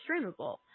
streamable